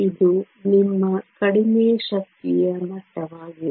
ಇದು ನಿಮ್ಮ ಕಡಿಮೆ ಶಕ್ತಿಯ ಮಟ್ಟವಾಗಿದೆ